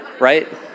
right